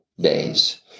days